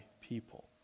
people